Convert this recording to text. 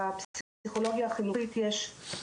בפסיכולוגיה החינוכית יש,